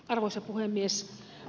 arvoisa puhemies